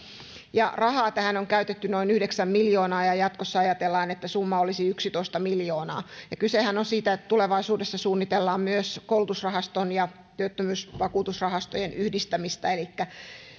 rahaa tähän on käytetty noin yhdeksän miljoonaa ja ja jatkossa ajatellaan että summa olisi yksitoista miljoonaa kysehän on siitä että tulevaisuudessa suunnitellaan myös koulutusrahaston ja työttömyysvakuutusrahastojen yhdistämistä elikkä